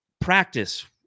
practice